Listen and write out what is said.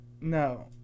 No